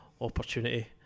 opportunity